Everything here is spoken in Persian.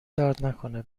دردنکنه